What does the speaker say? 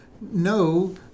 no